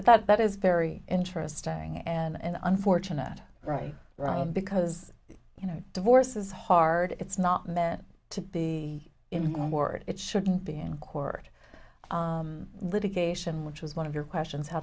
but that is very interesting and unfortunate right because you know divorce is hard it's not meant to be in one word it shouldn't be in court litigation which was one of your questions how